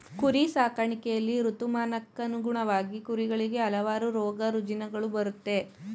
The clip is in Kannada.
ಕುರಿ ಸಾಕಾಣಿಕೆಯಲ್ಲಿ ಋತುಮಾನಕ್ಕನುಗುಣವಾಗಿ ಕುರಿಗಳಿಗೆ ಹಲವಾರು ರೋಗರುಜಿನಗಳು ಬರುತ್ತೆ